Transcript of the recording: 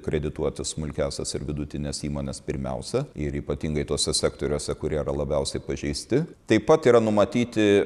kredituoti smulkiąsias ir vidutines įmones pirmiausia ir ypatingai tuose sektoriuose kurie yra labiausiai pažeisti taip pat yra numatyti